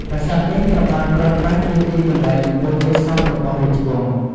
ប្រាសាទនេះ ត្រូវបានប្រើប្រាស់ជាទីកន្លែងបូជាសពរបស់ រាជវង្ស។